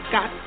Got